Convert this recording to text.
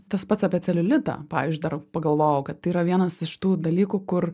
tas pats apie celiulitą pavyzdžiui dar pagalvojau kad tai yra vienas iš tų dalykų kur